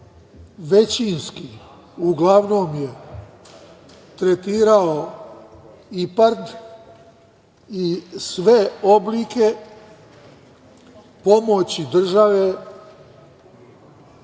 većinski uglavnom je tretirao IPARD i sve oblike pomoći države